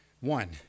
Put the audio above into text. One